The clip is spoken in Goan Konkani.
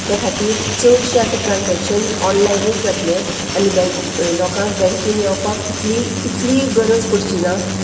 त्या खातीर चडशें आतां ट्रान्जॅक्शन ऑनलायनूच जातलें आनी बँक लोकांक बँकेन येवपाक तितली तितली गरज पडची ना